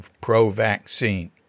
pro-vaccine